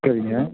சரிங்க